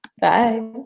Bye